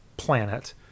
planet